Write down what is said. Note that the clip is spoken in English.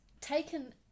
taken